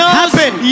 happen